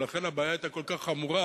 ולכן הבעיה היתה כל כך חמורה,